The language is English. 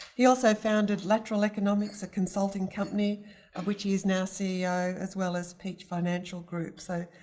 he also founded electrical economics, a consulting company, of which he is now ceo, as well as peach financial group, so.